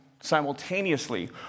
simultaneously